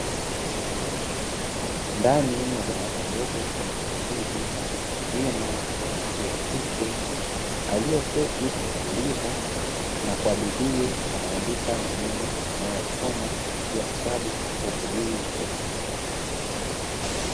Ndani ya darasa dogo kuna mwanafunzi mtu mzima wa jinsia ya kike aliyeketi kwa utulivu na kwa bidii anaandika maneno anayoyasoma kupitia kitabu kilichopo juu ya meza.